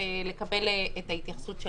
ולקבל את ההתייחסות שלכם.